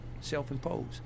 Self-imposed